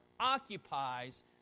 Occupies